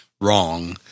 wrong